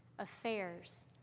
affairs